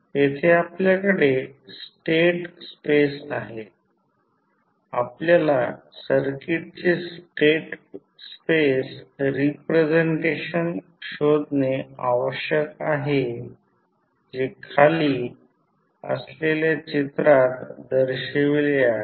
येथे आपल्याकडे state space आहे आपल्याला सर्किटचे स्टेट स्पेस रिप्रेझेंटेशन शोधणे आवश्यक आहे जे खाली असलेल्या चित्रात दर्शविले आहे